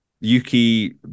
Yuki